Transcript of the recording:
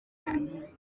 imirire